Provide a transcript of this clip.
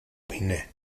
homine